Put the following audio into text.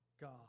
God